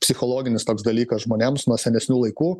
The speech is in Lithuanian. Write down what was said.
psichologinis toks dalykas žmonėms nuo senesnių laikų